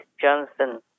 Johnson